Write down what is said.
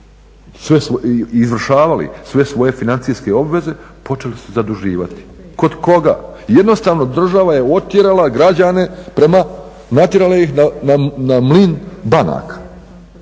izvršavali sve svoje financijske obveze počeli se zaduživati. Kod koga? Jednostavno država je otjerala građane prema, natjerala ih na mlin banaka.